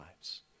lives